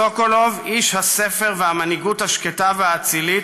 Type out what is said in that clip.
סוקולוב, איש הספר והמנהיגות השקטה והאצילית,